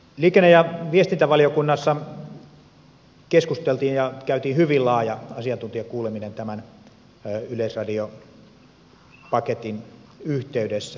liikenne ja viestintävaliokunnassa keskusteltiin ja käytiin hyvin laaja asiantuntijakuuleminen tämän yleisradiopaketin yhteydessä